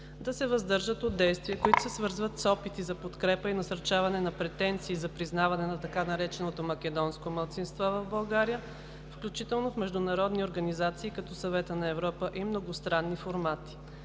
да се въздържат от действия, които се свързват с опити за подкрепа и насърчаване на претенции за признаване на така нареченото „македонско малцинство“ в България, включително в международни организации като Съвета на Европа и многостранни формати;